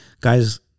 Guys